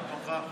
מה שלומך?